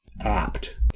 apt